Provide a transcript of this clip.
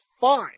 fine